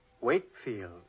Wakefield